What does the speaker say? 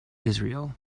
israel